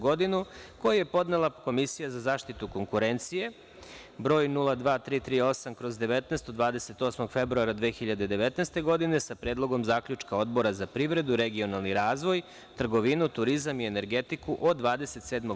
GODINU, KOJI JE PODNELA KOMISIJA ZA ZAŠTITU KONKURENCIJE (broj 02-338/19 od 28. februara 2019. godine), SA PREDLGOM ZAKLjUČKA ODBORA ZA PRIVREDU, REGIONALNI RAZVOJ, TRGOVINU, TURIZAM I ENERGETIKU OD 27.